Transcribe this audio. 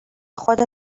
خود